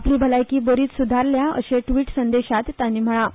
आपली भलायकी बरीच सुदारल्या अशें ट्रिट संदेशांत तांणी म्हळां